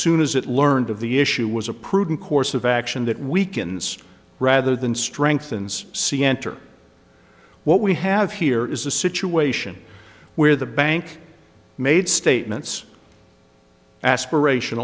soon as it learned of the issue was a prudent course of action that weakens rather than strengthens see enter what we have here is a situation where the bank made statements aspiration